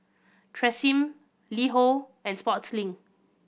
Tresemme LiHo and Sportslink